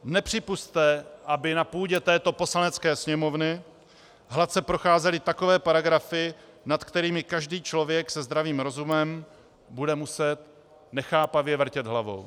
Nepřipusťte, aby na půdě této Poslanecké sněmovny hladce procházely takové paragrafy, nad kterými každý člověk se zdravým rozumem bude muset nechápavě vrtět hlavou.